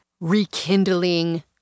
rekindling